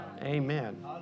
Amen